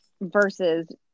versus